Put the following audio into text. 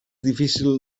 difícil